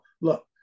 look